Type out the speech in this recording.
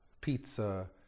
pizza